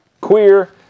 Queer